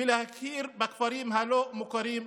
ולהכיר בכפרים הלא-מוכרים.